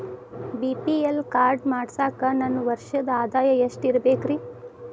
BPL card ಮಾಡ್ಸಾಕ ನನ್ನ ವರ್ಷದ್ ಆದಾಯ ಎಷ್ಟ ಇರಬೇಕ್ರಿ?